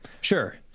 sure